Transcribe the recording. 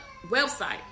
website